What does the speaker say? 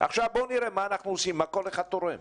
ועכשיו בואו נראה מה אנחנו עושים ומה כל אחד תורם.